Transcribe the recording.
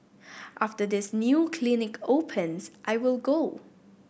after this new clinic opens I will go